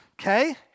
okay